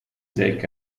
take